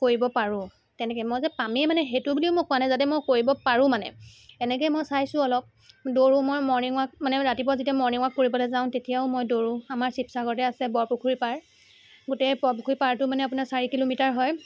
কৰিব পাৰোঁ তেনেকৈ মই যে পামেই মানে সেইটো বুলিও মই কোৱা নাই যাতে মই কৰিব পাৰোঁ মানে এনেকেই মই চাইছো অলপ দৌৰোঁ মই মৰ্ণিং ৱাক মানে ৰাতিপুৱা যেতিয়া মৰ্ণিং ৱাক কৰিবলৈ যাওঁ তেতিয়াও মই দৌৰোঁ আমাৰ শিৱসাগৰতে আছে বৰপুখুৰী পাৰ গোটেই বৰপুখুৰী পাৰটো মানে আপোনাৰ চাৰি কিলোমিটাৰ হয়